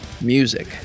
music